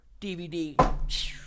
DVD